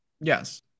Yes